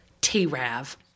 T-Rav